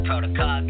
Protocol